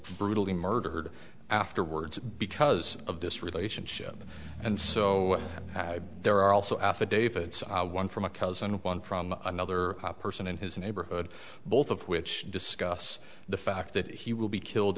brutally murdered afterwards because of this relationship and so there are also affidavits one from a cousin of one from another person in his neighborhood both of which discuss the fact that he will be killed